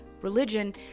religion